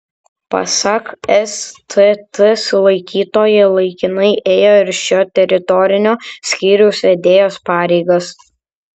pasak stt sulaikytoji laikinai ėjo ir šio teritorinio skyriaus vedėjos pareigas